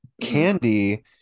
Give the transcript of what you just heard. Candy